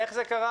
איך זה קרה,